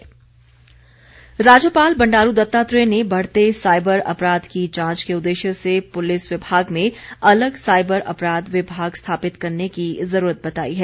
राज्यपाल राज्यपाल बंडारू दत्तात्रेय ने बढ़ते साईबर अपराध की जांच के उद्देश्य से पुलिस विभाग में अलग साईबर अपराध विभाग स्थापित करने की जरूरत बताई है